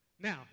Now